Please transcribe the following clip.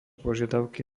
požiadavky